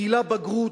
גילה בגרות,